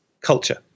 culture